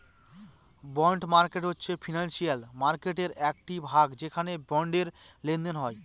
bond market হচ্ছে financial মার্কেটের একটি ভাগ যেখানে বন্ডের লেনদেন হয়